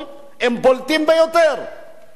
עכשיו אני אגיד לך מה הבעיה, אדוני היושב-ראש.